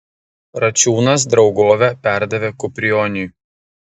račiūnas draugovę perdavė kuprioniui